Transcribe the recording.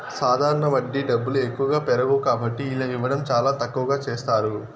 సాధారణ వడ్డీ డబ్బులు ఎక్కువగా పెరగవు కాబట్టి ఇలా ఇవ్వడం చాలా తక్కువగా చేస్తారు